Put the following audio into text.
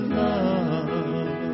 love